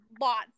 lots